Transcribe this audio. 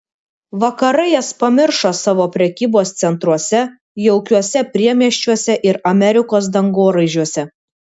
vakarai jas pamiršo savo prekybos centruose jaukiuose priemiesčiuose ir amerikos dangoraižiuose